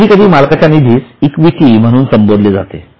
कधीकधी मालकाच्या नीधीस इक्विटी मधून संबोधले जाते